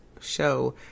show